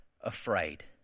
afraid